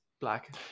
black